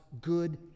good